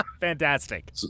Fantastic